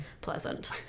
pleasant